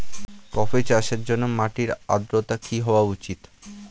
Coffee চাষের জন্য মাটির আর্দ্রতা কি হওয়া উচিৎ?